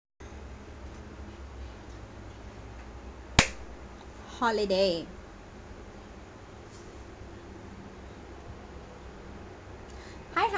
holiday hi hi